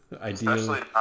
ideally